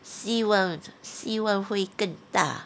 希望希望会更大